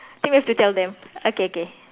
I think we have to tell them okay okay